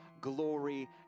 glory